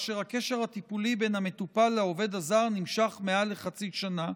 כאשר הקשר הטיפולי בין המטופל לעובד הזר נמשך מעל לחצי שנה,